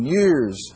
years